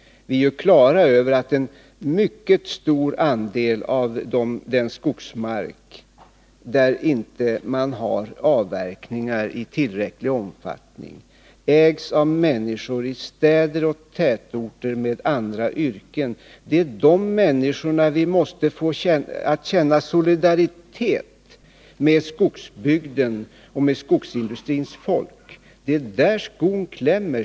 Vi är ju klara över att en mycket stor andel av den skogsmark där man inte avverkar i tillräcklig omfattning, ägs av människor som bor i städer och tätorter och som inte har yrken med skogsanknytning. Det är de människorna vi måste få att na solidaritet med skogsbygden och med skogsindustrins folk. Det är där skon klämmer.